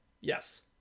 Yes